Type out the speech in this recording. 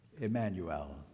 Emmanuel